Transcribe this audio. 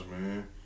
man